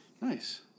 Nice